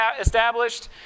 established